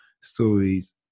Stories